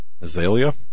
Azalea